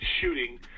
shooting